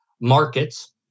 markets